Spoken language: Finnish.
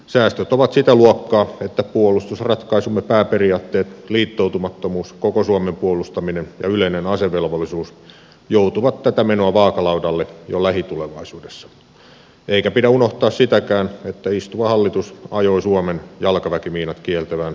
säästöt ovat sitä luokkaa että puolustusratkaisumme pääperiaatteet liittoutumattomuus koko suomen puolustaminen ja yleinen asevelvollisuus joutuvat tätä menoa vaakalaudalle jo lähitulevaisuudessa eikä pidä unohtaa sitäkään että istuva hallitus ajoi suomen jalkaväkimiinat kieltävään ottawan sopimukseen